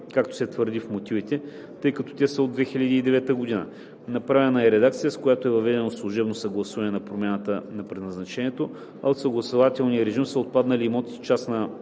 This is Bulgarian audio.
както се твърди в мотивите, тъй като те са от 2009 г. Направена е редакция, с която е въведено служебно съгласуване на промяната на предназначението, а от съгласувателния режим са отпаднали имотите частна